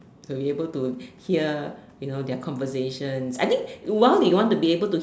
can be able to hear you know their conversations I think while you want to be able to